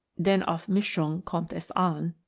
denn auf mischung koinmt es an,